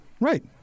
Right